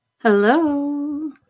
Hello